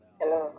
hello